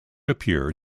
appear